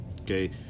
Okay